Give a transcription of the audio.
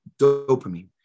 dopamine